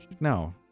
no